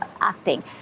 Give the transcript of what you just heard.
acting